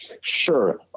Sure